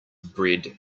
bred